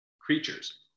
creatures